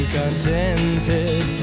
contented